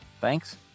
Thanks